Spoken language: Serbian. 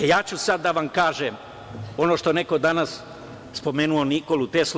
Ja ću sad da vam kažem ono što je neko danas spomenuo – Nikolu Teslu.